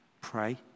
pray